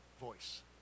voice